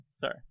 Sorry